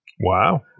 Wow